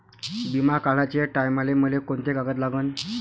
बिमा काढाचे टायमाले मले कोंते कागद लागन?